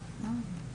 מעל"ם.